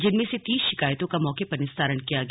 जिसमें से तीस शिकायतों का मौके पर निस्तारण किया गया